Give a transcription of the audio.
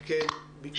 תציגי, בבקשה, את עצמך.